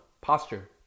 posture